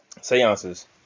seances